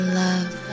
love